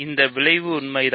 இந்த விளைவு உண்மைதான்